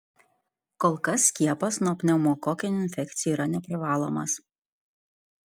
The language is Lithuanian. kol kas skiepas nuo pneumokokinių infekcijų yra neprivalomas